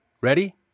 ready